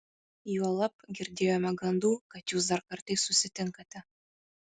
juolab girdėjome gandų kad jūs dar kartais susitinkate